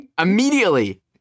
Immediately